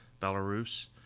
Belarus